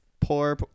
poor